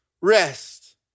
rest